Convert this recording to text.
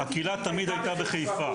הקהילה תמיד הייתה בחיפה.